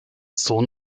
sohn